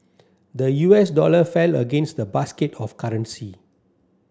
the U S dollar fell against the basket of currency